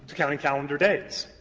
counting calendar days.